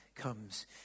comes